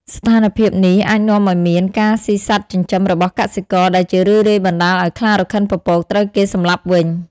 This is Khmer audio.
ស្ថានភាពនេះអាចនាំឲ្យមាន ការស៊ីសត្វចិញ្ចឹមរបស់កសិករ ដែលជារឿយៗបណ្តាលឲ្យខ្លារខិនពពកត្រូវគេសម្លាប់វិញ។